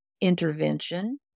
intervention